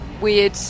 weird